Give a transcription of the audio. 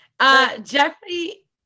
Jeffrey